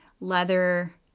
leather